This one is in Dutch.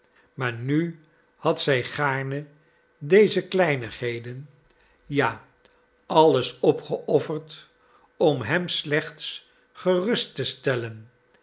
maar nu had zij gaarne deze kleinigheden ja alles opgeofferd om hem slechts gerust te stellen